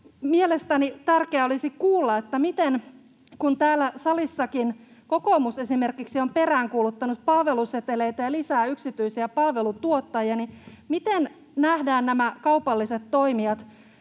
Mielestäni tärkeää olisi kuulla, että kun täällä salissakin kokoomus esimerkiksi on peräänkuuluttanut palveluseteleitä ja lisää yksityisiä palvelutuottajia, niin miten nähdään nämä kaupalliset toimijat,